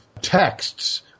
texts